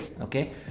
okay